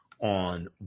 on